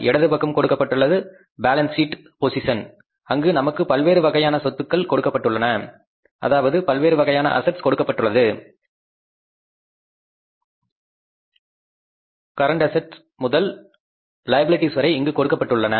இடது பக்கம் கொடுக்கப்பட்டது பேலன்ஸ் சீட் பொசிசன் அங்கு நமக்கு பல்வேறு வகையான சொத்துக்கள் கொடுக்கப்பட்டன நடப்பு சொத்துக்கள் முதல் லைபிலிட்டிஸ் வரை இங்கு கொடுக்கப்பட்டுள்ளன